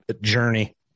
journey